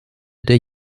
der